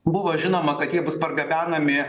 buvo žinoma kad jie bus pargabenami